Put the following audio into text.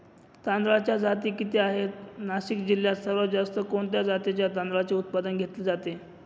तांदळाच्या जाती किती आहेत, नाशिक जिल्ह्यात सर्वात जास्त कोणत्या जातीच्या तांदळाचे उत्पादन घेतले जाते?